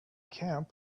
camp